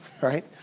right